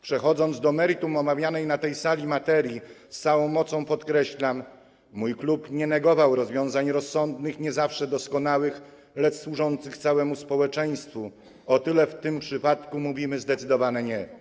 Przechodząc do meritum omawianej na tej sali materii, z całą mocą podkreślam, że o ile mój klub nie negował rozwiązań rozsądnych, nie zawsze doskonałych, lecz służących całemu społeczeństwu, o tyle w tym przypadku mówimy zdecydowanie: nie.